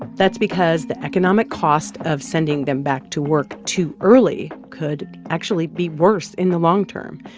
that's because the economic cost of sending them back to work too early could actually be worse in the long term.